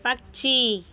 పక్షి